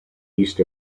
east